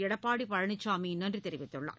எடப்பாடி பழனிசாமி நன்றி தெரிவித்துள்ளார்